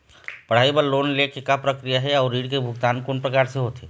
पढ़ई बर लोन ले के का प्रक्रिया हे, अउ ऋण के भुगतान कोन प्रकार से होथे?